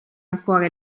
ancora